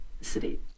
city